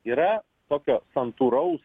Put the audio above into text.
yra tokio santūraus